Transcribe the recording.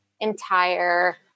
entire